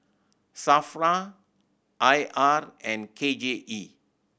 SAFRA I R and K J E